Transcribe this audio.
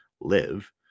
live